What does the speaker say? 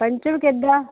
ਪੰਚਮ ਕਿੱਦਾਂ